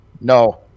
No